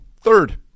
third